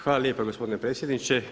Hvala lijepa gospodine predsjedniče.